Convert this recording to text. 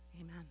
Amen